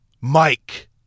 Mike